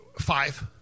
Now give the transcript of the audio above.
Five